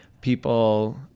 people